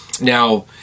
Now